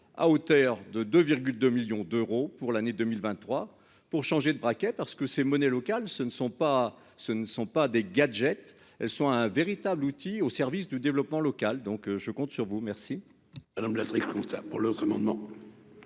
à hauteur de 2 2 millions d'euros pour l'année 2023 pour changer de braquet parce que ces monnaies locales, ce ne sont pas, ce ne sont pas des gadgets sont un véritable outil au service du développement local, donc je compte sur vous, merci.